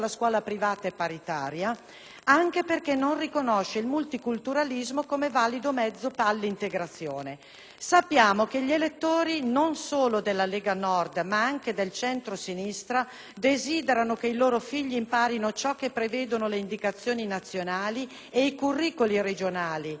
anche perché non riconosce il multiculturalismo come valido mezzo all'integrazione. Sappiamo che gli elettori, non solo della Lega Nord, ma anche del centrosinistra, desiderano che i loro figli imparino ciò che prevedono le indicazioni nazionali e i curricoli regionali. Mi permetto di affermarlo perché